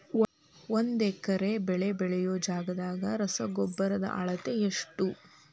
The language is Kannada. ಒಂದ್ ಎಕರೆ ಬೆಳೆ ಬೆಳಿಯೋ ಜಗದಾಗ ರಸಗೊಬ್ಬರದ ಅಳತಿ ಎಷ್ಟು?